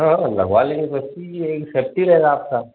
हाँ हाँ लगवा लेंगे ये है कि सेफ्टी रहेगा आपका